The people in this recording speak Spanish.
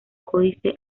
códice